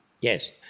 yes